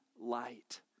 light